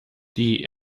die